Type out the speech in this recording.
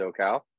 socal